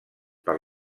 per